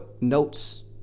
notes